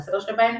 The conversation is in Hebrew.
והסדר שבהן?